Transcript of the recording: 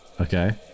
Okay